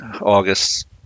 August